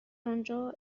آنجا